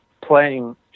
playing